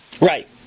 Right